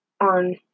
on